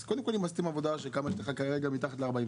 אז קודם כל אם עשיתם עבודה של כמה יש לך כרגע מתחת ל-45,